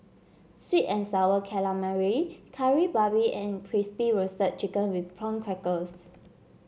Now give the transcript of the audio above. sweet and sour calamari Kari Babi and Crispy Roasted Chicken with Prawn Crackers